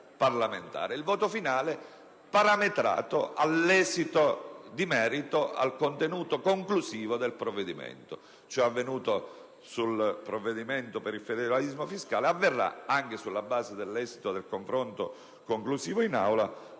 Il voto finale è parametrato all'esito dell'esame nel merito, al contenuto conclusivo del provvedimento. Ciò è avvenuto sul provvedimento per il federalismo fiscale e avverrà, considerando appunto l'esito e il confronto conclusivo in Aula,